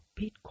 Bitcoin